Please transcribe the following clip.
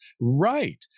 Right